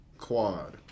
Quad